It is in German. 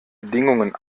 bedingungen